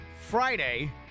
Friday